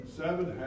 seven